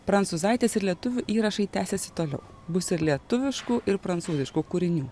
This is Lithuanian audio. prancūzaitės ir lietuvių įrašai tęsiasi toliau bus ir lietuviškų ir prancūziškų kūrinių